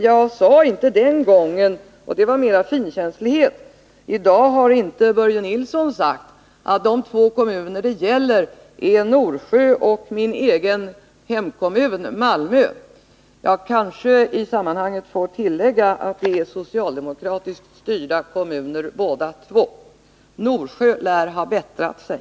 Jag sade inte den gången, mest av finkänslighet — och i dag har inte Börje Nilsson sagt — att de två kommuner det gäller är Norsjö och min egen hemkommun, Malmö. Jag kanske i sammanhanget får tillägga att båda två är svcialdemokratiskt styrda kommuner. Norsjö lär ha bättrat sig.